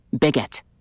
Bigot